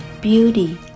beauty